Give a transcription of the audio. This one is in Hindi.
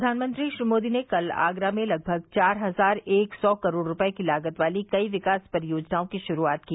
प्रधानमंत्री श्री मोदी ने कल आगरा में लगभग चार हजार एक सौ करोड़ रुपये की लागत वाली कई विकास परियोजनाओं की शुरुआत की